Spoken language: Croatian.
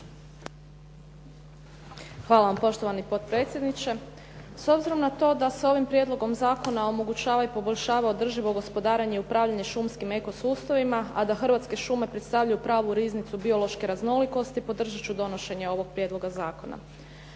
Hvala. Poštovani potpredsjedniče. S obzirom na to da se ovim prijedlogom zakona omogućava i poboljšava održivo gospodarenje i upravljanje šumskim eko sustavima a da hrvatske šume predstavljaju pravu riznicu biološke raznolikosti podržat ću donošenje ovog prijedloga zakona.